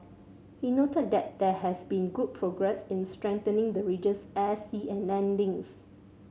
he noted that there has been good progress in strengthening the region's air sea and land links